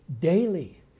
Daily